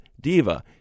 diva